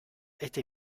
été